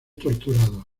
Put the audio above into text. torturado